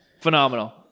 Phenomenal